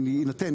אם יינתן,